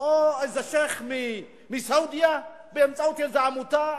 או איזה שיח' מסעודיה, באמצעות איזו עמותה,